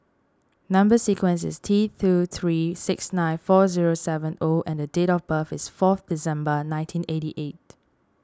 Number Sequence is T two three six nine four zero seven O and date of birth is four December nineteen eighty eight